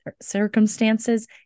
circumstances